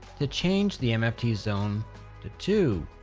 to change the mft zone to two,